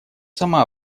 сама